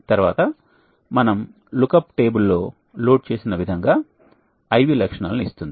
తర్వాత మనం లుక్అప్ టేబుల్లో లోడ్ చేసిన విధంగా I V లక్షణాలను ఇస్తుంది